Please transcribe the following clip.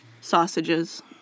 sausages